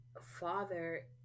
father